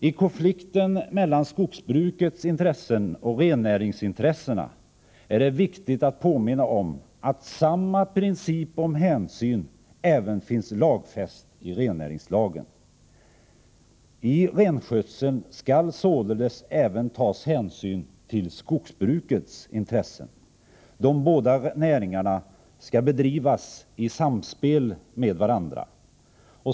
I konflikten mellan skogsbrukets intressen och rennäringsintressena är det viktigt att påminna om att samma princip om hänsyn även finns lagfäst i rennäringslagen. I renskötseln skall således även tas hänsyn till skogsbrukets intressen. De båda näringarna skall bedrivas i samspel med varandra.